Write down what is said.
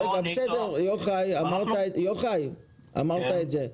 אמרת את זה.